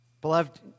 Beloved